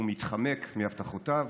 הוא מתחמק מהבטחותיו.